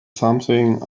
something